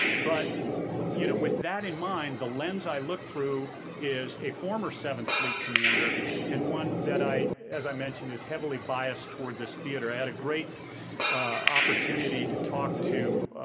but you know with that in mind, the lens i look through is a former seventh fleet commander and one that i, as i mentioned, is heavily biased toward this theater. i had a great opportunity to talk to